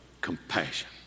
Compassion